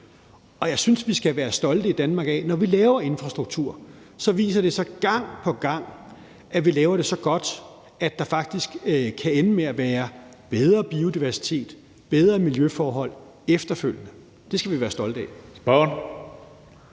og jeg synes, vi skal være stolte i Danmark af, at når vi laver infrastruktur, viser det sig gang på gang, at vi laver det så godt, at der faktisk efterfølgende kan ende med at være bedre biodiversitet og bedre miljøforhold. Det skal vi være stolte af.